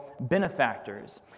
benefactors